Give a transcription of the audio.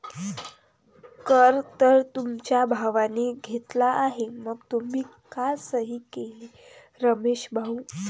कर तर तुमच्या भावाने घेतला आहे मग तुम्ही का सही केली रमेश भाऊ?